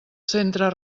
centre